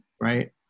Right